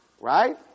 right